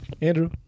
Andrew